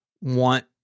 want